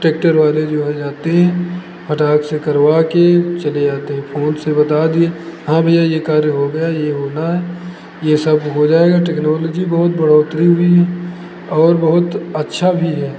tractor वाले जो हैं जाते हैं फटाक से करवा के चले आते हैं फोन से बता दिए हाँ भैया ये कार्य हो गया ये होना है ये सब हो जाएगा टेक्नोलॉजी बहुत बढ़ोतरी हुई है और बहुत अच्छा भी है